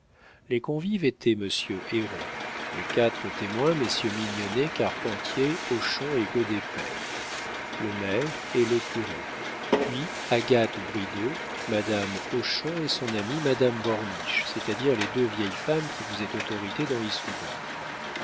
les convives étaient monsieur héron les quatre témoins messieurs mignonnet carpentier hochon et goddet père le maire et le curé puis agathe bridau madame hochon et son amie madame borniche c'est-à-dire les deux vieilles femmes qui faisaient autorité dans